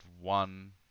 one